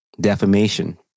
Defamation